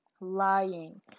Lying